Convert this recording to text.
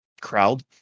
crowd